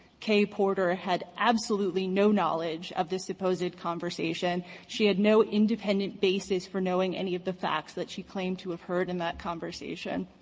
kaye porter, had absolutely no knowledge of this supposed conversation. she had no independent basis for knowing any of the facts that she claimed to have heard in that conversation.